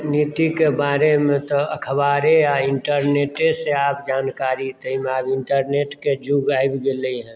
नितिके बारेमे तऽ अखबारे आ इण्टरनेटे सॅं आब जानकारी ताहिमे आब इण्टरनेट के युग आबि गेलै हँ